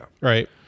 right